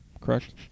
correct